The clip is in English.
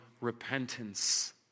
repentance